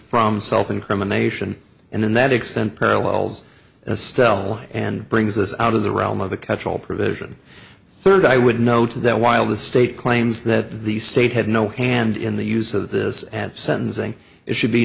from self incrimination and in that extent parallels a style and brings us out of the realm of a catch all provision third i would note that while the state claims that the state had no hand in the use of this at sentencing it should be